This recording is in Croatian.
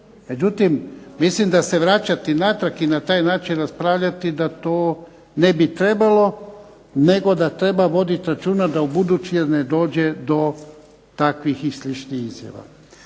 Međutim, mislim da se vraćati natrag i na taj način raspravljati da to ne bi trebalo nego da treba vodit računa da ubuduće ne dođe do takvih i sličnih izjava.